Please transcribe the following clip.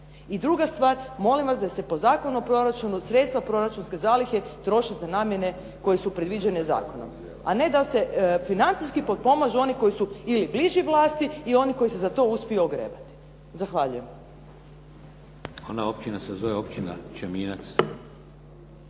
I druga stvar, molim vas da se po Zakonu o proračunu sredstva proračunske zalihe troše za namjene koje su predviđene zakonom, a ne da se financijski potpomažu oni koji su ili bliži vlasti i oni koji se za to uspiju ogrebati. Zahvaljujem. **Šeks, Vladimir (HDZ)** Ona općina se zove Općina Čeminac,